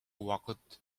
убакыт